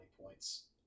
points